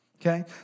okay